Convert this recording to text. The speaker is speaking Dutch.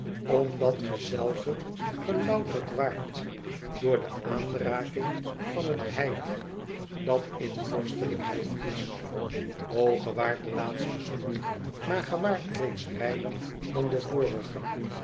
omdat gezelve gelouterd waart door de aanraking van het heilige dat in vorstelijkheid is o ge waart de laatste zonde maar ge waart reeds reiner dan de vorige